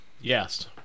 Yes